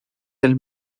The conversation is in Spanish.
del